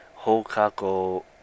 Hokako